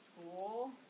school